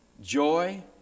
joy